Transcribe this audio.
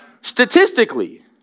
Statistically